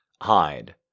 Hide